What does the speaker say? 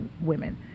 women